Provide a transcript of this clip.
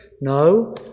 No